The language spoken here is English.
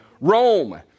Rome